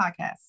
podcast